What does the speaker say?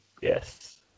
Yes